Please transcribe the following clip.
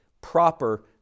proper